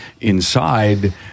inside